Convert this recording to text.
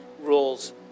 rules